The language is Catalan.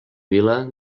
vila